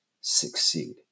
succeed